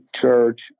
church